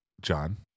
John